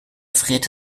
friert